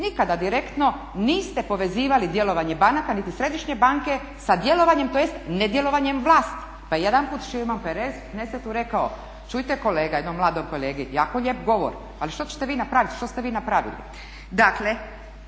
nikada direktno niste povezivali djelovanje banaka niti središnje banke sa djelovanjem tj. nedjelovanjem vlasti. Pa je jedanput … rekao, čujte kolega, jednom mladom kolegi, jako lijep govor ali što ćete vi napravit, što ste vi napravili.